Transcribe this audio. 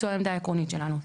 זו העמדה העקרונית שלנו.